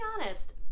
honest